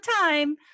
time